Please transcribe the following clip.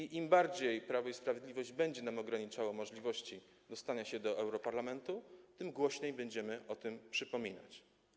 I im bardziej Prawo i Sprawiedliwość będzie nam ograniczało możliwości dostania się do Europarlamentu, tym głośniej będziemy o tym przypominać.